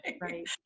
Right